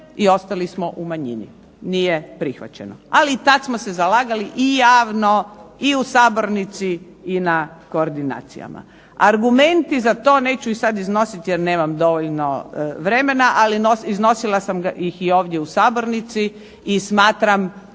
i ostali smo u manjini, nije prihvaćeno. Ali i tad smo se zalagali i javno i u sabornici i na koordinacijama. Argumenti za to, neću ih sad iznositi jer nemam dovoljno vremena, ali iznosila sam ih i ovdje u sabornici i smatram